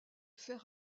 fer